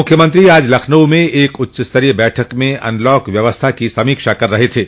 मुख्यमंत्री आज लखनऊ में एक उच्चस्तरीय बैठक में अनलॉक व्यवस्था की समीक्षा कर रहे थे